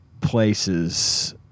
places